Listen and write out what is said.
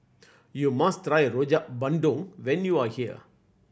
you must try Rojak Bandung when you are here